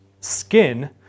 skin